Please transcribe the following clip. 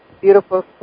beautiful